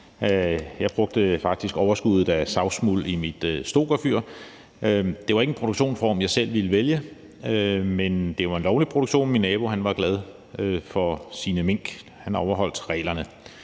Jeg brugte faktisk overskuddet af savsmuld i mit Stokerfyr. Det var ikke en produktionsform, jeg selv ville vælge, men det var en lovlig produktion. Min nabo var glad for sine mink. Han overholdt reglerne.